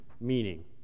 meaning